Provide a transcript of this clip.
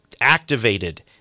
activated